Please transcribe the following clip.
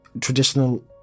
Traditional